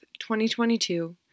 2022